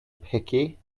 picky